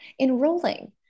enrolling